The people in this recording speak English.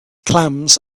clams